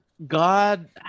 God